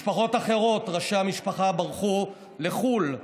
משפחות אחרות, ראשי המשפחה ברחו לחו"ל,